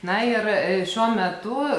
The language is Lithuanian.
na ir šiuo metu